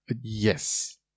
Yes